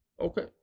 Okay